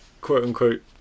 quote-unquote